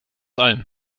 allem